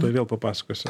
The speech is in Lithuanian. tuoj vėl papasakosiu